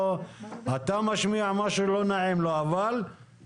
אתה משמיע משהו לא נעים אבל מאפשרים